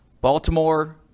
Baltimore